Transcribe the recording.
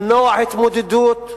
למנוע התמודדות,